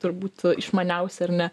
turbūt išmaniausią ar ne